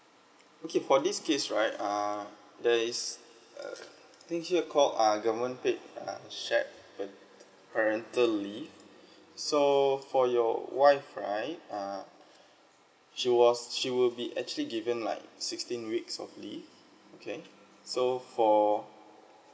okay for this case right err there is uh I think here called uh government paid uh shared uh parental leave so for your wife right uh she was she will be actually given like sixteen weeks of leave okay so for